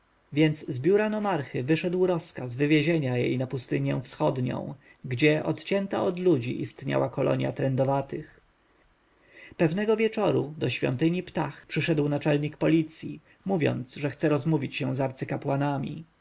więc z biura nomarchy wyszedł rozkaz wywiezienia jej na pustynię wschodnią gdzie odcięta od ludzi istniała kolonja trędowatych pewnego wieczora do świątyni ptah przyszedł naczelnik policji mówiąc że chce rozmówić się z arcykapłanami